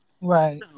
Right